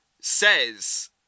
says